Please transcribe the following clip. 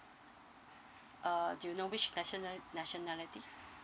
uh do you know which nationali~ nationality